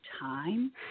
time